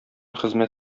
хезмәт